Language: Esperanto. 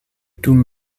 dum